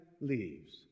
leaves